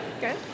good